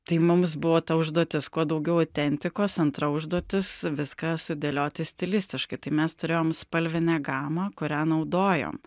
tai mums buvo ta užduotis kuo daugiau autentikos antra užduotis viską sudėlioti stilistiškai tai mes turėjom spalvinę gamą kurią naudojom